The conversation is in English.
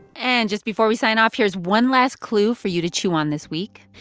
and just before we sign off, here's one last clue for you to chew on this week.